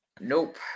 Nope